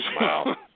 Wow